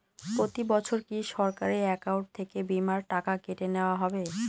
প্রতি বছর কি সরাসরি অ্যাকাউন্ট থেকে বীমার টাকা কেটে নেওয়া হবে?